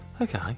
Okay